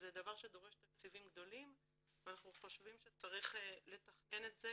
זה דבר שדורש תקציבים גדולים ואנחנו חושבים שצריך לתכנן את זה